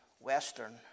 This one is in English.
Western